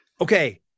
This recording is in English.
okay